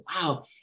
wow